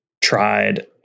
tried